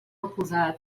oposat